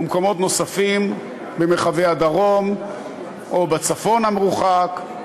ומקומות נוספים במרחבי הדרום או בצפון המרוחק.